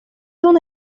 una